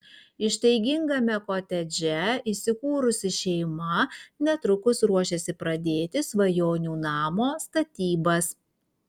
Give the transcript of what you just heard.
ištaigingame kotedže įsikūrusi šeima netrukus ruošiasi pradėti svajonių namo statybas